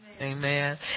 Amen